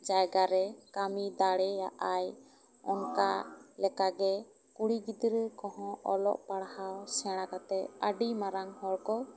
ᱡᱟᱭᱜᱟ ᱨᱮ ᱠᱟᱹᱢᱤ ᱫᱟᱲᱮᱭᱟᱜᱼᱟᱭ ᱚᱱᱠᱟ ᱞᱮᱠᱟ ᱜᱮ ᱠᱩᱲᱤ ᱜᱤᱫᱽᱨᱟᱹ ᱠᱚ ᱦᱚᱸ ᱚᱞᱚᱜ ᱯᱟᱲᱦᱟᱣ ᱥᱮᱬᱟ ᱠᱟᱛᱮᱜ ᱟᱹᱰᱤ ᱢᱟᱨᱟᱝ ᱦᱚᱲ ᱠᱚ